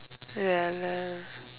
ya lah